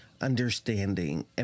understanding